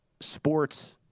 sports